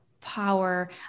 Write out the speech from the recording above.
power